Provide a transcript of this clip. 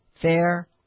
fair